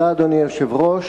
אדוני היושב-ראש,